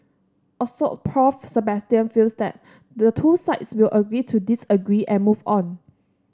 Assoc Prof Sebastian feels that the two sides will agree to disagree and move on